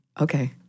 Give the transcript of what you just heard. Okay